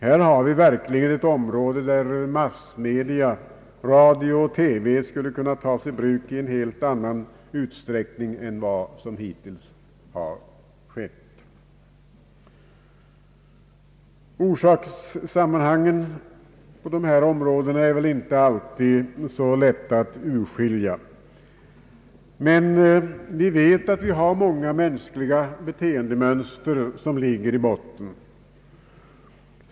Här har vi verkligen ett område där massmedia — radio och TV — skulle kunna tas i bruk i en helt annan utsträckning än vad som hittills har skett. Orsakssammanhangen på dessa områden är det väl inte alltid så lätt att urskilja, men vi vet att många mänskliga beteendemönster ligger i botten.